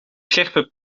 scherpe